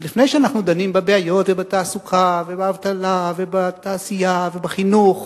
עוד לפני שאנחנו דנים בבעיות ובתעסוקה ובאבטלה ובתעשייה ובחינוך